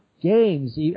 games